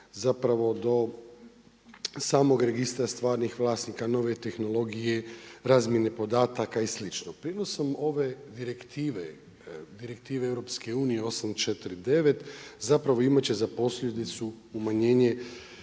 zapravo do samo registra samog vlasnika nove tehnologije, razmjene podataka i slično. Prinosom ove direktive, Direktivne EU 849, zapravo imat će za posljedicu umanjenje